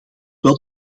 wel